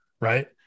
Right